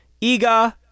Iga